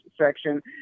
section